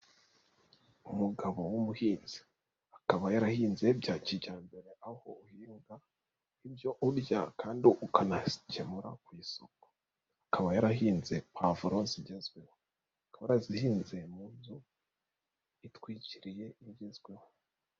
Umugabo w'umuhinzi akaba yarahinze bya kijyambere aho uhinga ibyo urya kandi ukanakemura ku isoko. Akaba yarahinze puwavuro zigezweho, akaba yarazihinze mu nzu itwikiriye igezweho.